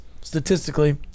statistically